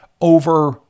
over